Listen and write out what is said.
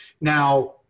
Now